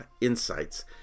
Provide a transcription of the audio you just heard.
insights